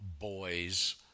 boys